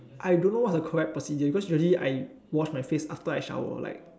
I don't know what's the correct procedure because usually I wash my face after I shower like